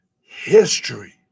History